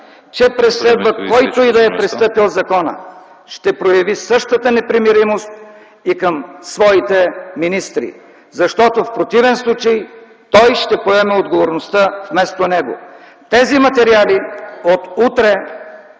че преследва който и да е пристъпил закона. Ще прояви същата непримиримост и към своите министри, защото в противен случай той ще поеме отговорността вместо него. Тези материали от